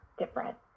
different